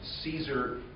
Caesar